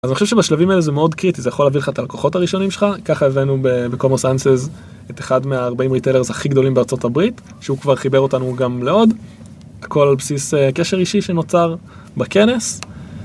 אז אני חושב שבשלבים האלה זה מאוד קריטי, זה יכול להביא לך את הלקוחות הראשונים שלך, ככה הבאנו בקומוס אנסז את אחד מה40 ריטלרס הכי גדולים בארה״ב, שהוא כבר חיבר אותנו גם לעוד, הכל על בסיס קשר אישי שנוצר בכנס.